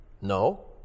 No